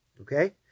Okay